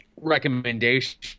recommendation